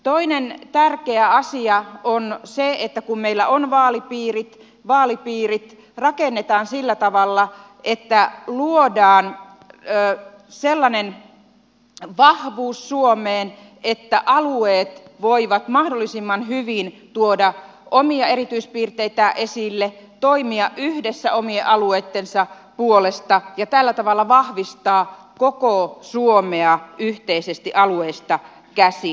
toinen tärkeä asia on se että kun meillä on vaalipiirit vaalipiirit rakennetaan sillä tavalla että luodaan sellainen vahvuus suomeen että alueet voivat mahdollisimman hyvin tuoda omia erityispiirteitään esille toimia yhdessä omien alueittensa puolesta ja tällä tavalla vahvistaa koko suomea yhteisesti alueistaan käsin